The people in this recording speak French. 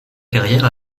carrière